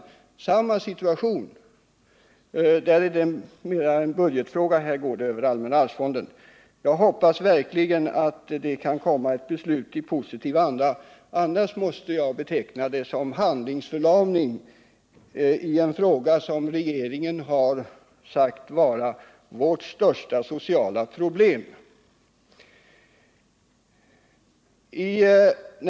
Där är det mer en budgetfråga, medan det i det här fallet går över allmänna arvsfonden. Jag hoppas verkligen att det fattas ett beslut i positiv anda. Annars kan man tala om handlingsförlamning i det som regeringen kallat vårt största sociala problem.